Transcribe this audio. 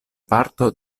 parto